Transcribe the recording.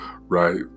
right